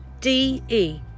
D-E